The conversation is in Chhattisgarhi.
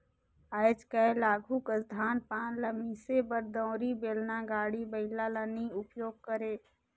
आएज काएल आघु कस धान पान ल मिसे बर दउंरी, बेलना, गाड़ी बइला ल नी उपियोग करे